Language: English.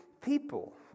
people